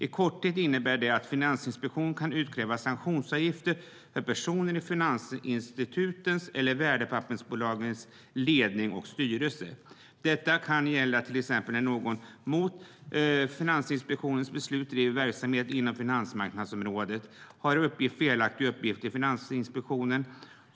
I korthet innebär det att Finansinspektionen kan utkräva sanktionsavgifter från personer i finansinstitutens eller värdepappersbolagens ledning och styrelse. Detta kan gälla till exempel när någon som mot Finansinspektionens beslut driver verksamhet inom finansmarknadsområdet har uppgett felaktiga uppgifter till Finansinspektionen.